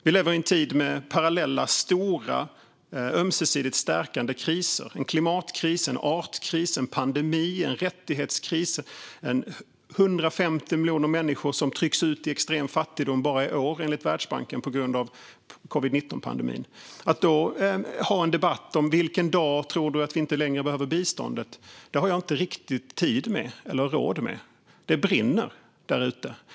Vi lever i en tid med parallella, stora, ömsesidigt stärkande kriser. Det är en klimatkris, en artkris, en pandemi och en rättighetskris. Det är 150 miljoner människor som enligt Världsbanken trycks ut i extrem fattigdom bara i år på grund av covid-19-pandemin. Jag har då inte riktigt tid eller råd med att ha en debatt om: Vilken dag tror du att vi inte längre behöver biståndet? Det brinner därute.